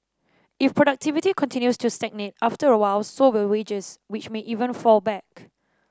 if productivity continues to stagnate after a while so will wages which may even fall back